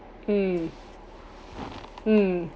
mm mm